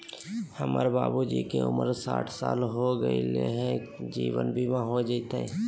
हमर बाबूजी के उमर साठ साल हो गैलई ह, जीवन बीमा हो जैतई?